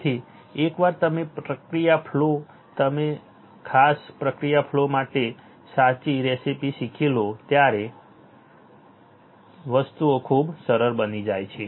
તેથી એકવાર તમે પ્રક્રિયા ફ્લો અને ખાસ પ્રક્રિયા ફ્લો માટે સાચી રેસીપી શીખી લોછો ત્યારે વસ્તુઓ ખૂબ સરળ બની જાય છે